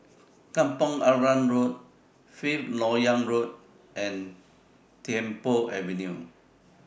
Kampong Arang Road Fifth Lok Yang Road and Tiong Poh Avenue